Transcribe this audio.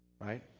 Right